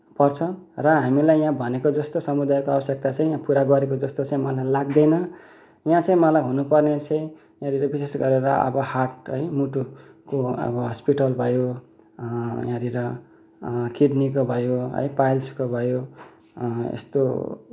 पर्छ र हामीलाई यहाँ भनेको जस्तो समुदायको आवश्यकता चाहिँ पुरा गरेको जस्तो चाहिँ मलाई लाग्दैन यहाँ चाहिँ मलाई हुनुपर्ने चाहिँ यहाँनिर विशेष गरेर अब हार्ट है मुटुको अब हस्पिटल भयो यहाँनिर किडनीको भयो है पाइल्सको भयो यस्तो